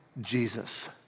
Jesus